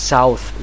South